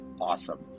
awesome